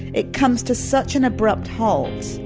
it comes to such an abrupt halt.